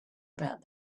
about